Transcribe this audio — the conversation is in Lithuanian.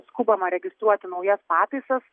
skubama registruoti naujas pataisas